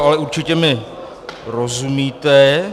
Ale určitě mi rozumíte.